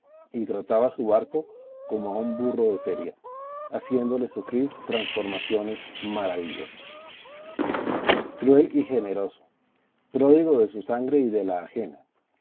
y trataba su barco como a un burro de feria haciéndole sufrir transformaciones maravillosas cruel y generoso pródigo de su sangre y de la ajena